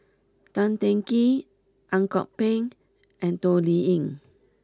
Tan Teng Kee Ang Kok Peng and Toh Liying